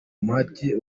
umuhate